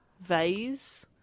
Vase